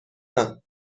یان